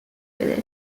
with